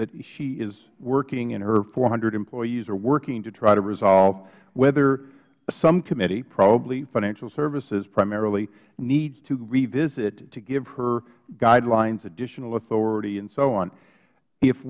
that she is working and her four hundred employees are working to try to resolve whether some committee probably financial services primarily needs to revisit to give her guidelines additional authority and so on if